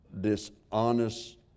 dishonest